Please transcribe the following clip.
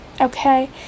okay